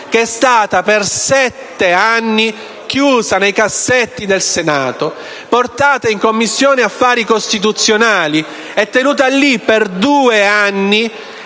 che è stato per sette anni chiuso nei cassetti del Senato, portato in Commissione affari costituzionali e tenuto lì, per due anni,